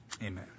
Amen